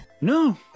No